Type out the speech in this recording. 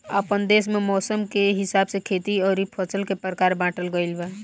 आपन देस में मौसम के हिसाब से खेती अउरी फसल के प्रकार बाँटल गइल बाटे